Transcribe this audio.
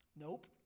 Nope